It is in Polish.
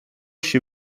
się